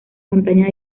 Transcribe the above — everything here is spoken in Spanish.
montañas